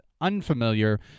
unfamiliar